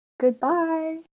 goodbye